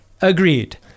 agreed